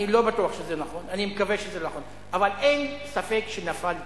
אני לא בטוח שזה נכון, אבל אין ספק שנפל דבר.